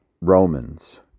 Romans